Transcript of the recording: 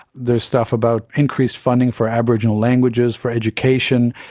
there's stuff about increased funding for aboriginal languages, for education,